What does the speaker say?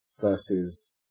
versus